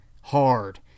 hard